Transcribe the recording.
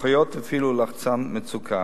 האחיות הפעילו לחצן מצוקה.